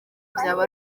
byaba